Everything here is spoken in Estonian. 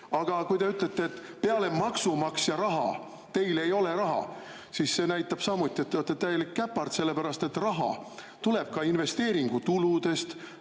kui te ütlete, et peale maksumaksja raha teil ei ole raha, siis see näitab samuti, et te olete täielik käpard, sellepärast et raha tuleb ka investeeringutuludest,